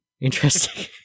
interesting